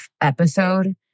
episode